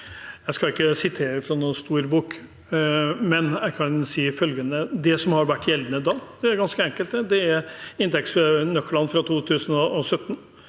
Jeg skal ikke site- re fra noen stor bok, men jeg kan si følgende: Det som hadde vært gjeldende da, det er ganske enkelt, det er inntektsnøklene fra 2017,